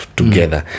together